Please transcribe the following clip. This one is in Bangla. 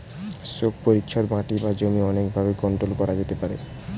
শোক পরিচ্ছদ মাটি বা জমি অনেক ভাবে কন্ট্রোল করা যেতে পারে